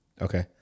Okay